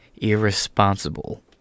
irresponsible